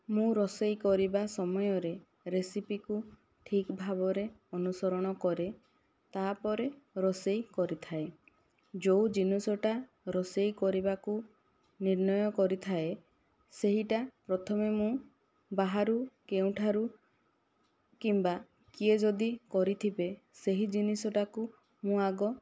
ମୁଁ ରୋଷେଇ କରିବା ସମୟରେ ରେସିପିକୁ ଠିକ୍ ଭାବରେ ଅନୁସରଣ କରେ ତା'ପରେ ରୋଷେଇ କରିଥାଏ ଯେଉଁ ଜିନିଷଟା ରୋଷେଇ କରିବାକୁ ନିର୍ଣ୍ଣୟ କରିଥାଏ ସେହିଟା ପ୍ରଥମେ ମୁଁ ବାହାରୁ କେଉଁଠାରୁ କିମ୍ବା କିଏ ଯଦି କରିଥିବେ ସେହି ଜିନିଷଟାକୁ ମୁଁ ଆଗ